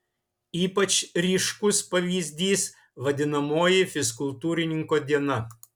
ypač ryškus pavyzdys vadinamoji fizkultūrininko diena